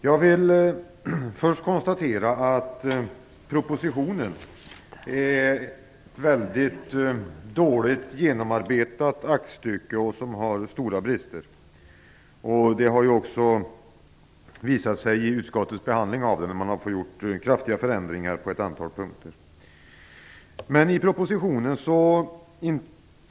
Jag vill först konstatera att propositionen är ett mycket dåligt genomarbetat aktstycke. Den har stora brister. Det har också visat sig i utskottets behandling av den. Man har fått göra kraftiga förändringar på ett antal punkter.